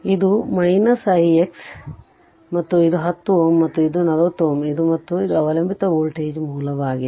ಇದು ix ಮತ್ತು ಇದು 10 Ω ಮತ್ತು ಇದು 40Ω ಮತ್ತು ಇದು ಅವಲಂಬಿತ ವೋಲ್ಟೇಜ್ ಮೂಲವಾಗಿದೆ